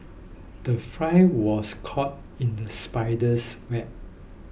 the fry was caught in the spider's web